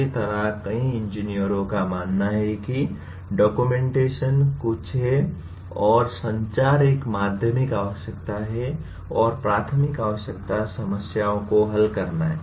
किसी तरह कई इंजीनियरों का मानना है कि डॉक्यूमेंटेशन कुछ है और संचार एक माध्यमिक आवश्यकता है और प्राथमिक आवश्यकता समस्याओं को हल करना है